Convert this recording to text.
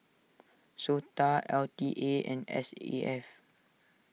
Sota L T A and S A F